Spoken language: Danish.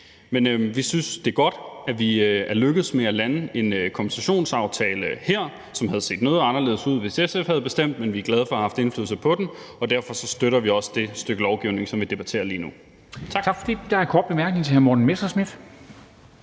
Vi synes, det er godt, at vi er lykkedes med at lande en kompensationsaftale her, som havde set noget anderledes ud, hvis SF havde bestemt, men vi er glade for at have haft indflydelse på den, og derfor støtter vi også det stykke lovgivning, som vi debatterer lige nu. Tak. Kl. 13:43 Formanden (Henrik Dam Kristensen):